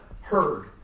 Heard